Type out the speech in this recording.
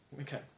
Okay